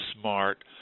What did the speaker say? smart